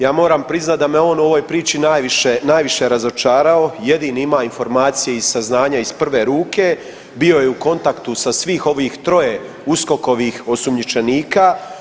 Ja moram priznati da me je on u ovoj priči najviše, najviše razočarao, jedini ima informacije i saznanja iz prve ruke, bio je u kontaktu sa svih ovih troje USKOK-ovih osumnjičenika.